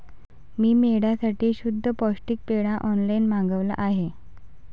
मी मेंढ्यांसाठी शुद्ध पौष्टिक पेंढा ऑनलाईन मागवला आहे